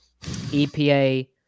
EPA